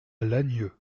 lagnieu